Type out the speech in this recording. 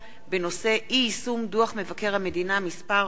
בנושא: אי-יישום דוח מבקר המדינה מס'